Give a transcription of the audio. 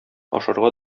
ашарга